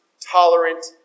tolerant